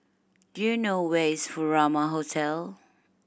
do you know where is Furama Hotel